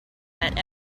that